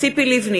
ציפי לבני,